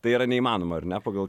tai yra neįmanoma ar ne pagal